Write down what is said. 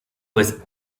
was